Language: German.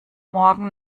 morgen